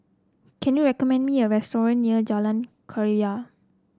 can you recommend me a restaurant near Jalan Keria